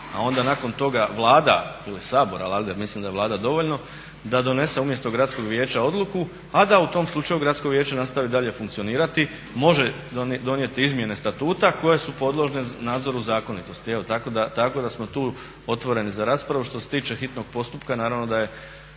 a onda nakon toga Vlada ili Sabor, a mislim da je Vlada dovoljno da donese umjesto gradskog vijeća odluku, a da u tom slučaju gradsko vijeće nastavi dalje funkcionirati. Može donijeti izmjene statuta koje su podložne nadzoru zakonitosti, tako da smo tu otvoreni za raspravu. Što se tiče hitnog postupka naravno da je